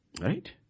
Right